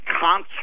concert